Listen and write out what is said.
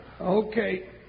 Okay